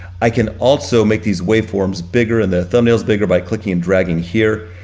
i can also make these waveforms bigger and the thumbnails bigger by clicking and dragging here.